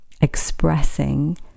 expressing